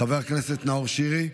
חבר הכנסת נאור שירי,